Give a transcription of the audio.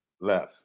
Left